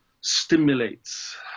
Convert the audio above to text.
stimulates